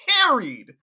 carried